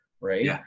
Right